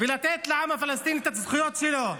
ולתת לעם הפלסטיני את הזכויות שלו.